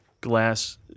glass